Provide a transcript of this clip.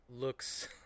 looks